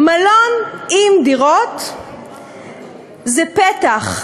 מלון עם דירות זה פתח,